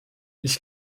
ich